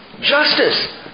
Justice